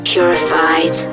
Purified